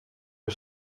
les